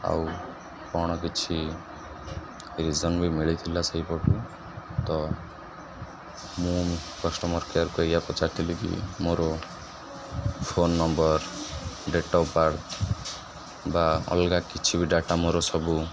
ଆଉ କ'ଣ କିଛି ରିଜନ୍ ବି ମିଳିଥିଲା ସେହିପଟୁ ତ ମୁଁ କଷ୍ଟମର୍ କେୟାର୍କୁ ଏଇଆ ପଚାରିଥିଲିକି ମୋର phone number date of birth ବା ଅଲଗା କିଛି ବି ଡାଟା ମୋର ସବୁ